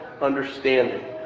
understanding